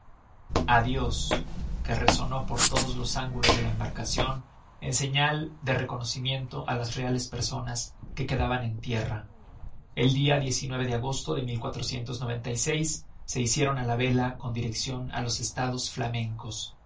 dios que resonó por todos los ángulos de la embarcacion en señal de reconocimiento á las reales personas que quedaban en tierra el dia de agosto de se hicieron á la vela con direccion á los estados flamencos